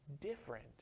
different